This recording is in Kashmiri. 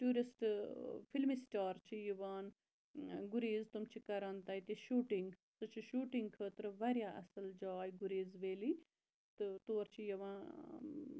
ٹوٗرِسٹہٕ فِلمہِ سٹار چھِ یِوان گُریز تم چھِ کَران تَتہِ شوٗٹِنٛگ سُہ چھُ شوٗٹِنٛگ خٲطرٕ واریاہ اصل جاے گُریز ویلی تہٕ تور چھِ یِوان